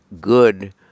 good